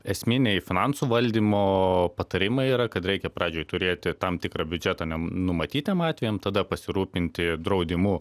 esminiai finansų valdymo patarimai yra kad reikia pradžioj turėti tam tikrą biudžetą nenumatytiem atvejam tada pasirūpinti draudimu